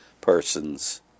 persons